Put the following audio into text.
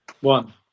One